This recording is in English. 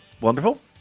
wonderful